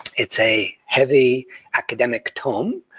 it's a heavy academic tone,